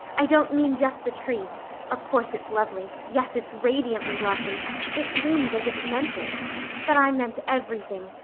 i don't mean just the tree of course it's lovely yes, it's radiantly lovely it blooms as if it meant it but i meant everything,